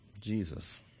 Jesus